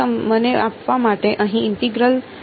ના તે મને આપવા માટે અહીં ઇન્ટેગ્રલ છે